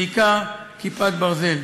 בעיקר "כיפת ברזל".